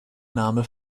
name